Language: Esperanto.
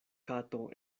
kato